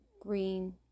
green